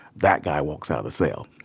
that guy walks out of the cell.